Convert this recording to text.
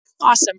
Awesome